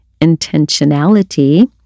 intentionality